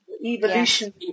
evolution